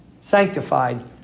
Sanctified